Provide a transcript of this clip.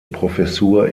professur